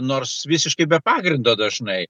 nors visiškai be pagrindo dažnai